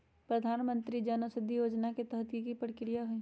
प्रधानमंत्री जन औषधि योजना के तहत की की प्रक्रिया होई?